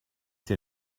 dir